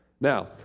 Now